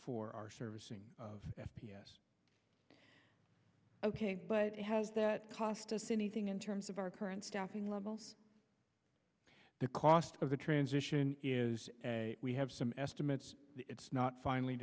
for our servicing of f p s ok but it has that cost us anything in terms of our current staffing levels the cost of the transition is we have some estimates it's not finally